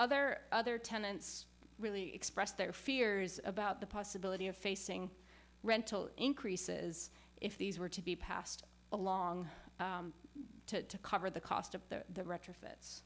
other other tenants really expressed their fears about the possibility of facing rental increases if these were to be passed along to cover the cost of the retrofits